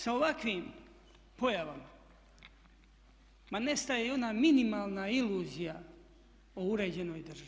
Sa ovakvim pojavama ma nestaje i ona minimalna iluzija o uređenoj državi.